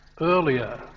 earlier